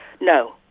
No